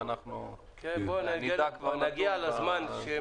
שאנחנו נדע כבר לדון בזה.